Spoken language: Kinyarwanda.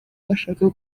bashaka